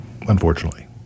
unfortunately